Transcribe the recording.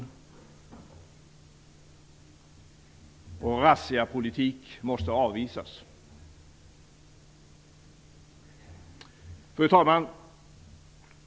Razziapolitik måste avvisas. Fru talman!